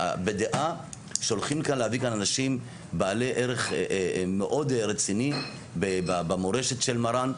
בדעה שהולכים להביא כאן אנשים בעלי ערך מאוד רציני במורשת של מרן.